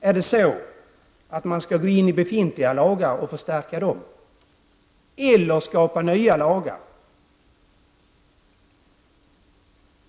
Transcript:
Kanske skall man i stället gå in i befintliga lagar och förstärka dem eller skapa nya lagar.